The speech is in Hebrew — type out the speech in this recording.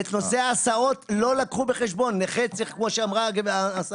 את נושא ההסעות לא לקחו בחשבון כמו שאמרה,